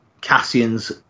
Cassian's